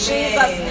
Jesus